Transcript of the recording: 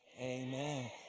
amen